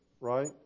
right